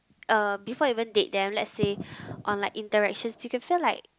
uh before you even date them let's say on like interactions you can feel like